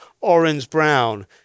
orange-brown